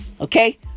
Okay